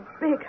big